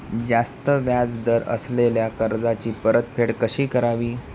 जास्त व्याज दर असलेल्या कर्जाची परतफेड कशी करावी?